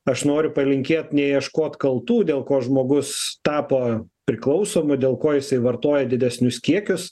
aš noriu palinkėt neieškot kaltų dėl ko žmogus tapo priklausomu dėl ko jisai vartoja didesnius kiekius